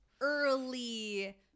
Early